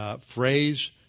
phrase